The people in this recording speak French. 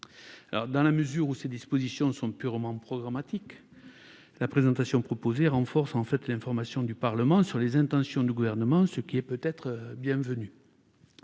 Dans la mesure où ces dispositions sont purement programmatiques, la présentation proposée renforce l'information du Parlement sur les intentions du Gouvernement, ce qui est bienvenu.